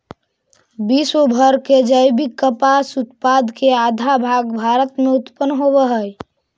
विश्व भर के जैविक कपास उत्पाद के आधा भाग भारत में उत्पन होवऽ हई